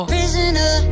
Prisoner